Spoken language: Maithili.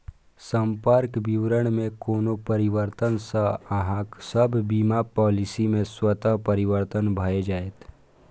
संपर्क विवरण मे कोनो परिवर्तन सं अहांक सभ बीमा पॉलिसी मे स्वतः परिवर्तन भए जाएत